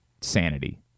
sanity